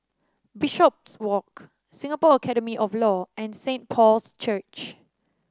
Bishopswalk Singapore Academy of Law and Saint Paul's Church